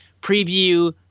preview